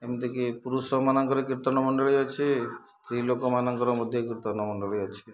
ଏମିତିକି ପୁରୁଷ ମାନଙ୍କରେ କୀର୍ତ୍ତନ ମଣ୍ଡଳୀ ଅଛି ସ୍ତ୍ରୀଲୋକମାନଙ୍କର ମଧ୍ୟ କୀର୍ତ୍ତନ ମଣ୍ଡଳୀ ଅଛି